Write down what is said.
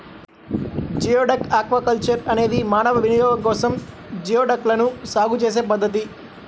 geoduck aquaculture అనేది మానవ వినియోగం కోసం జియోడక్లను సాగు చేసే పద్ధతి